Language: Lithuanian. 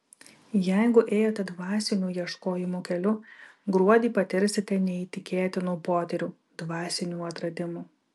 jeigu ėjote dvasinių ieškojimų keliu gruodį patirsite neįtikėtinų potyrių dvasinių atradimų